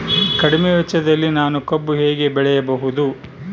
ಕಡಿಮೆ ವೆಚ್ಚದಲ್ಲಿ ನಾನು ಕಬ್ಬು ಹೇಗೆ ಬೆಳೆಯಬಹುದು?